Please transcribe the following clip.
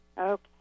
Okay